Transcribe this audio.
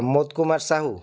Pramod Kumar Sahu